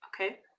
Okay